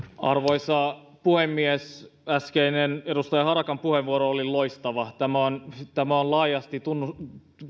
arvoisa puhemies äskeinen edustaja harakan puheenvuoro oli loistava tämä on laajasti